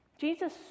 Jesus